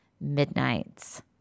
Midnight's